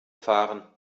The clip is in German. fahren